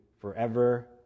forever